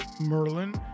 Merlin